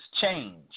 change